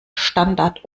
standard